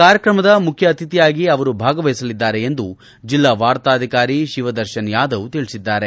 ಕಾರ್ಯಕ್ರಮದ ಮುಖ್ಯ ಅತಿಥಿಯಾಗಿ ಅವರು ಭಾಗವಹಿಸಲಿದ್ದಾರೆ ಎಂದು ಜಿಲ್ಲಾ ವಾರ್ತಾ ಅಧಿಕಾರಿ ಶಿವದರ್ಶನ್ ಯಾದವ್ ತಿಳಿಸಿದ್ದಾರೆ